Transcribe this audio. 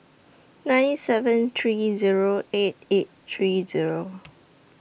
nine seven three Zero eight eight three Zero